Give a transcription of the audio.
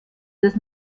des